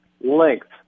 length